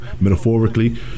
metaphorically